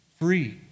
free